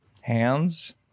hands